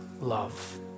love